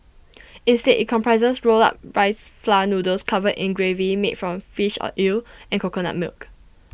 instead IT comprises rolled up rice flour noodles covered in gravy made from fish or eel and coconut milk